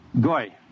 Goy